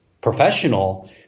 professional